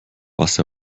was